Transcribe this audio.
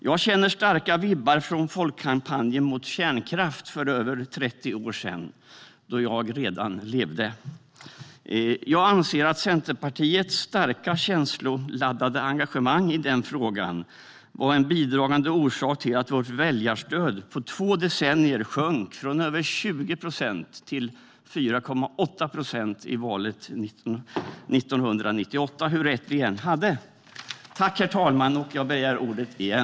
Jag känner starka vibbar från Folkkampanjen mot Kärnkraft för över 30 år sedan. Jag anser att Centerpartiets starka känsloladdade engagemang i denna fråga var en bidragande orsak till att vårt väljarstöd på två decennier sjönk från över 20 procent till 4,8 procent i valet 1998 - hur rätt vi än hade. Herr talman! Jag begär ordet igen.